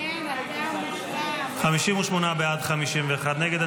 58 בעד, 51 נגד.